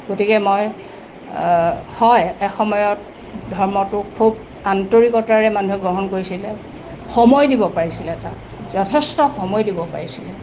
গতিকে মই হয় এসময়ত ধৰ্মটো খুব আন্তৰিকতাৰে মানুহে গ্ৰহণ কৰিছিলে সময় দিব পাৰিছিলে তাক যথেষ্ট সময় দিব পাৰিছিলে